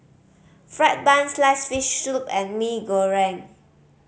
fried bun sliced fish soup and Mee Goreng